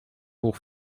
hoch